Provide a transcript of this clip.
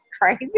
crazy